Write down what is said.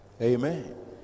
Amen